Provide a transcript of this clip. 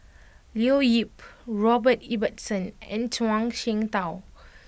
Leo Yip Robert Ibbetson and Zhuang Shengtao